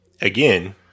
again